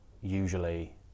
usually